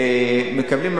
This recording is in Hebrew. מקבלים,